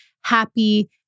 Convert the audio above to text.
happy